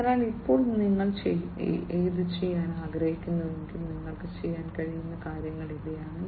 അതിനാൽ ഇപ്പോൾ നിങ്ങൾ ഇത് ചെയ്യാൻ ആഗ്രഹിക്കുന്നുവെങ്കിൽ നിങ്ങൾക്ക് ചെയ്യാൻ കഴിയുന്ന കാര്യങ്ങൾ ഇവയാണ്